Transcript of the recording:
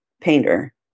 painter